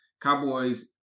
Cowboys